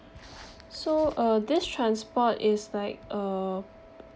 so uh this transport is like a